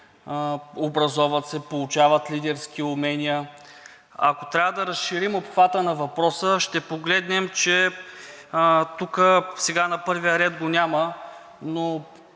образоват се, получават лидерски умения. Ако трябва да разширим обхвата на въпроса – тук сега на първия ред го няма, но